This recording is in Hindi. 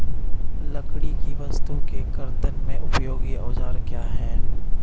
लकड़ी की वस्तु के कर्तन में उपयोगी औजार क्या हैं?